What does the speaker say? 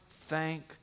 thank